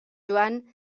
joan